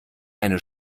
eine